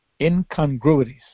incongruities